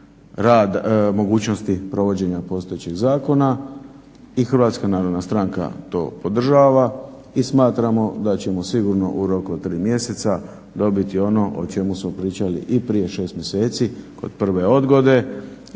mogućnosti provođenja postojećeg zakona i HNS to podržava. I smatramo da ćemo sigurno u roku od 3 mjeseca dobiti ono o čemu smo pričali i prije 6 mjeseci kod prve odgode.